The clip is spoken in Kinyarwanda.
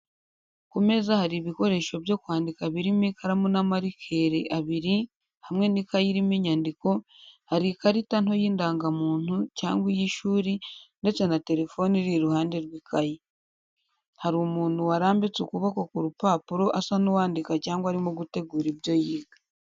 Ku meza hari ibikoresho byo kwandika birimo ikaramu n’amarikeri abiri hamwe n’ikaye irimo inyandiko, hari ikarita nto y’indangamuntu cyangwa iy’ishuri ndetse na telefone iri iruhande rw’ikaye. Hari umuntu warambitse akaboko ku rupapuro asa n’uwandika cyangwa arimo gutegura ibyo yiga.